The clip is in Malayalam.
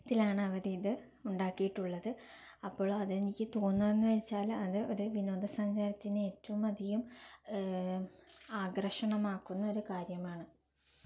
ത്തിലാണ് അവര് ഇത് ഉണ്ടാക്കിയിട്ടുള്ളത് അപ്പോൾ അത് എനിക്ക് തോന്നുന്നതെന്ന് വെച്ചാൽ അത് ഒരു വിനോദസഞ്ചാരത്തിന് ഏറ്റവും അധികം ആകര്ഷണമാക്കുന്ന ഒരു കാര്യമാണ്